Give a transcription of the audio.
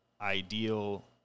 ideal